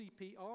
CPR